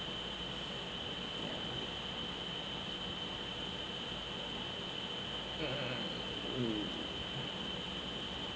mm